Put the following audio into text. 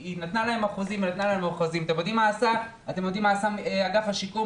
אחוזים, אתם יודעים מה עשה אגף השיקום?